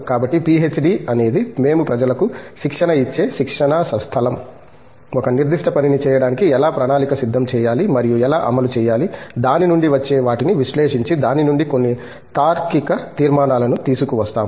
కాబట్టి పీహెచ్డీ అనేది మేము ప్రజలకు శిక్షణ ఇచ్చే శిక్షణా స్థలం ఒక నిర్దిష్ట పనిని చేయడానికి ఎలా ప్రణాళిక సిద్ధం చేయాలి మరియు ఎలా అమలు చేయాలి దాని నుండి వచ్చే వాటిని విశ్లేషించి దాని నుండి కొన్ని తార్కిక తీర్మానాలను తీసుకువస్తాము